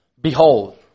Behold